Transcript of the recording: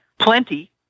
plenty